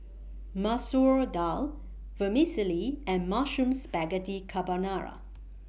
Masoor Dal Vermicelli and Mushroom Spaghetti Carbonara